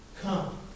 come